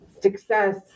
success